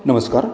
नमस्कार